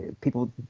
People